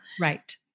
Right